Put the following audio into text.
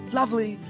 lovely